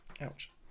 Ouch